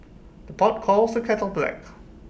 the pot calls the kettle black